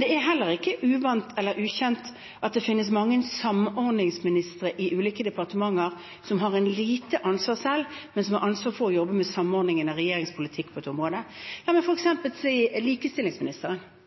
Det er heller ikke ukjent at det finnes mange samordningsministre i ulike departementer som har lite ansvar selv, men som har ansvar for å jobbe med samordningen av regjeringens politikk på et område. La meg f.eks. ta likestillingsministeren.